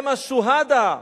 הם השוהדה,